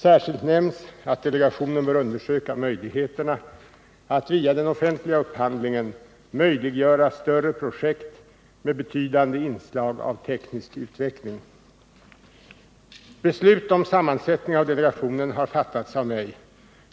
Särskilt nämns att delegationen bör undersöka möjligheterna att via den offentliga upphandlingen möjliggöra större projekt med betydande inslag av teknisk utveckling. Beslut om sammansättning av delegationen har fattats av mig.